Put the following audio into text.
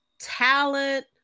Talent